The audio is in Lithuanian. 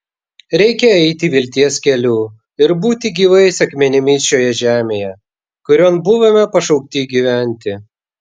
reikia eiti vilties keliu ir būti gyvais akmenimis šioje žemėje kurion buvome pašaukti gyventi